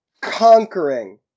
conquering